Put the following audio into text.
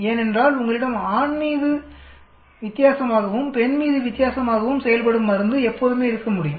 ஏனென்றால் உங்களிடம் ஆண் மீது வித்தியாசமாகவும் பெண் மீது வித்தியாசமாகவும் செயல்படும் மருந்து எப்போதுமே இருக்க முடியும்